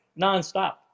nonstop